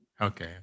okay